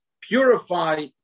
purify